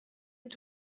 est